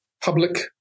public